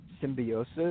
symbiosis